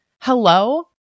hello